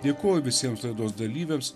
dėkoju visiems laidos dalyviams